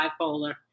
bipolar